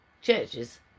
churches